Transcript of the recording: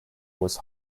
was